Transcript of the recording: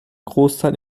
großteil